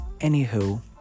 Anywho